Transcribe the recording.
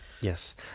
Yes